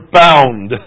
bound